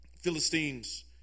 Philistines